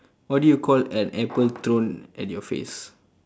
what do call an apple thrown at your face